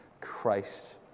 Christ